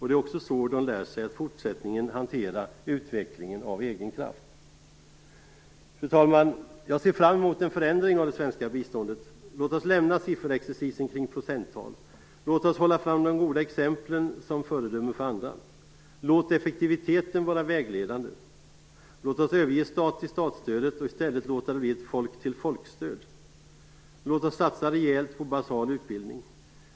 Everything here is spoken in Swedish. Det är också så de lär sig att i fortsättningen hantera utvecklingen av egen kraft. Fru talman! Jag ser fram emot en förändring av det svenska biståndet. Låt oss lämna sifferexercisen kring procenttal. Låt oss hålla fram de goda exemplen som föredömen för andra. Låt effektiviteten vara vägledande. Låt oss överge stat-till-stat-stödet och i stället låta det bli ett folk-till-folk-stöd. Låt oss satsa rejält på basal utbildning.